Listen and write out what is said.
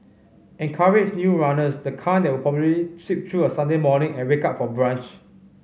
encourage new runners the kind that would probably sleep through a Sunday morning and wake up for brunch